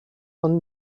von